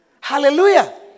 Hallelujah